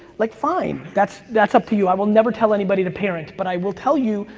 like fine. that's that's up to you. i will never tell anybody to parent. but i will tell you,